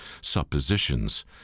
suppositions